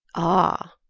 ah!